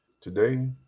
Today